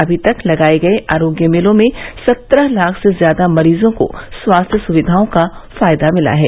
अभी तक लगाये गये आरोग्य मेलों में सत्रह लाख से ज्यादा मरीजों को स्वास्थ्य सुविधाओं का फ़ायदा मिला है